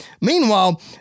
Meanwhile